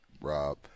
Rob